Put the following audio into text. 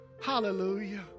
hallelujah